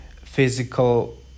physical